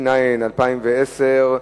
התש"ע 2010,